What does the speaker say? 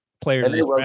players